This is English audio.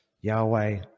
Yahweh